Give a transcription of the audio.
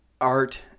art